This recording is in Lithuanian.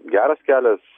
geras kelias